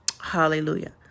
Hallelujah